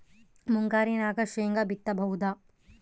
ಮುಂಗಾರಿನಾಗ ಶೇಂಗಾ ಬಿತ್ತಬಹುದಾ?